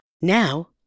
Now